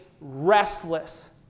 restless